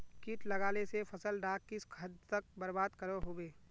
किट लगाले से फसल डाक किस हद तक बर्बाद करो होबे?